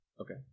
Okay